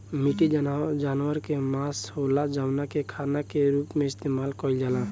meat जानवर के मांस होला जवना के खाना के रूप में इस्तेमाल कईल जाला